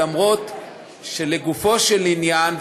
אף שלגופו של עניין,